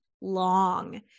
long